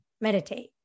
meditate